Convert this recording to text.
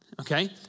Okay